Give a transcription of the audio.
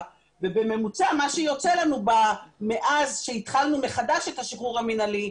ובממוצע מה שיוצא לנו מאז שהתחלנו מחדש את השחרור המנהלי,